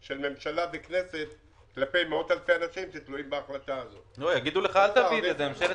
הכנסת היא לא כנסת מעבר, היא כנסת